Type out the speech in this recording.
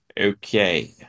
Okay